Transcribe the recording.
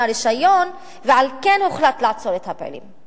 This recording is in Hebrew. רשיון ועל כן הוחלט לעצור את הפעילים.